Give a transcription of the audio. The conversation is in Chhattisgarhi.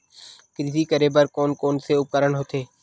कृषि करेबर कोन कौन से उपकरण होथे?